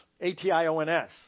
A-T-I-O-N-S